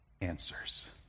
answers